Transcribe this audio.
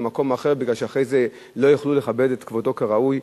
למקום אחר משום שאחרי זה לא יוכלו לכבד אותו כראוי.